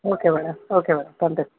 okay madam okay madam thank you